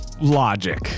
logic